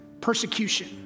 persecution